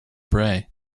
bray